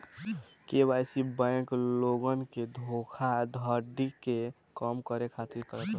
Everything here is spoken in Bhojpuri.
के.वाई.सी बैंक लोगन के धोखाधड़ी के कम करे खातिर करत बिया